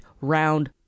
round